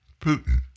Putin